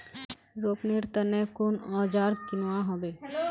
रोपनीर तने कुन औजार किनवा हबे